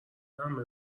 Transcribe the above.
همه